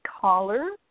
caller